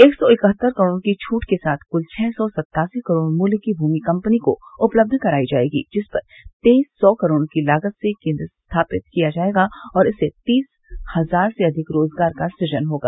एक सौ इकहत्तर करोड़ की छूट के साथ कुल छह सौ सत्तासी करोड़ मूल्य की भूमि कम्पनी को उपलब्ध कराई जायेगी जिस पर तेईस सौ करोड़ की लागत से केन्द्र स्थापित किया जायेगा और इससे तीस हजार से अधिक रोजगार का सुजन होगा